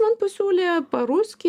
man pasiūlė pa ruskij